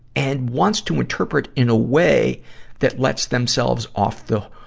and wants to interpret in a way that lets themselves off the,